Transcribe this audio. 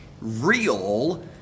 real